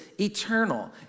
eternal